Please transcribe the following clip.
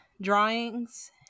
drawings